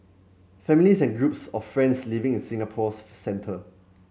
families and groups of friends living in Singapore's centre